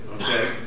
Okay